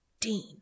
Dean